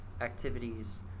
activities